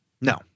No